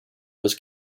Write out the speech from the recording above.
was